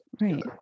Right